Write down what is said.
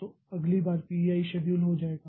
तो अगली बार P i शेड्यूल हो जाएगा